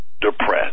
depressed